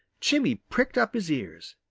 jimmy pricked up his ears.